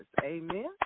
Amen